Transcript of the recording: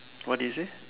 what did you say